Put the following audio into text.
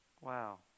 Wow